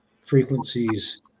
frequencies